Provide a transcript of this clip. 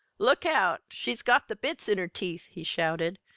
look out she's got the bits in her teeth! he shouted.